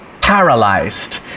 paralyzed